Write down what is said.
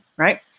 Right